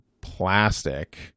plastic